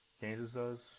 Kansas